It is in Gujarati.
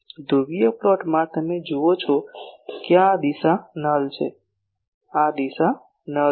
ધ્રુવીય પ્લોટમાં તમે જુઓ છો કે આ દિશા નલ છે આ દિશા નલ છે